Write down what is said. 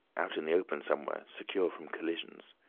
out in the open somewhere secure from collisions.